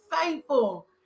faithful